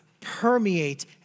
permeate